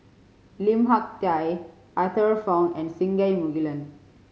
Lim Hak Tai Arthur Fong and Singai Mukilan